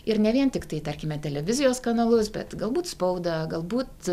ir ne vien tiktai tarkime televizijos kanalus bet galbūt spaudą galbūt